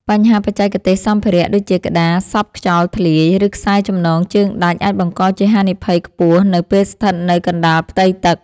បញ្ហាបច្ចេកទេសសម្ភារៈ ដូចជាក្តារសប់ខ្យល់ធ្លាយ ឬខ្សែចំណងជើងដាច់ អាចបង្កជាហានិភ័យខ្ពស់នៅពេលស្ថិតនៅកណ្ដាលផ្ទៃទឹក។